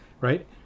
Right